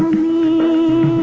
me